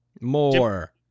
More